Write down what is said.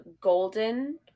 golden